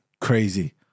Crazy